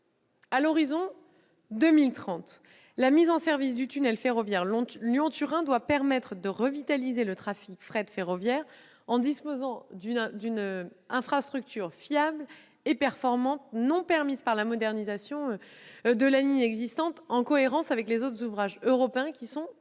À l'horizon 2030, la mise en service du tunnel ferroviaire Lyon-Turin doit permettre de revitaliser le trafic fret ferroviaire, en disposant d'une infrastructure fiable et performante, non permise par la modernisation de la ligne existante, en cohérence avec les autres ouvrages européens déjà réalisés.